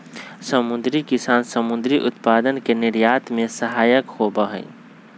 समुद्री कृषि समुद्री उत्पादन के निर्यात में सहायक होबा हई